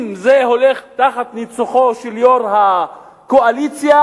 אם זה הולך תחת ניצוחו של יושב-ראש הקואליציה,